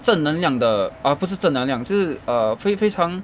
正能量的 oh 不是正能量就是 err 非非常